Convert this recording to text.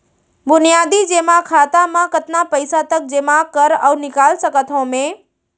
बुनियादी जेमा खाता म कतना पइसा तक जेमा कर अऊ निकाल सकत हो मैं?